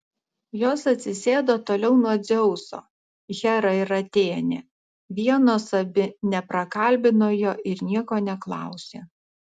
jos atsisėdo toliau nuo dzeuso hera ir atėnė vienos abi neprakalbino jo ir nieko neklausė